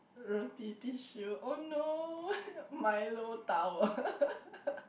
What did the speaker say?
Roti Tissue oh no Milo tower